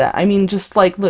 i mean just like look,